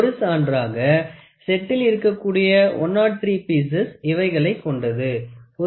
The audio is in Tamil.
ஒரு சான்றாக செட்டில் இருக்கக்கூடிய 103 பீஸஸ் இவைகளைக் கொண்டது ஒரு பீஸ் 1